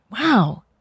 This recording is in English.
Wow